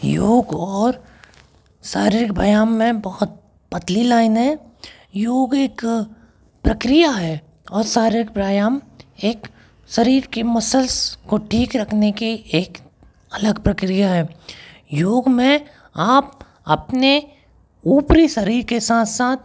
योग और शारीरिक व्यायाम में बहुत पतली लाइन है योग एक प्रक्रिया है और शारीरिक व्यायाम एक शरीर की मसल्स को ठीक रखने की एक अलग प्रक्रिया है योग में आप अपने ऊपरी शरीर के साथ साथ